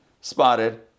spotted